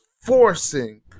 forcing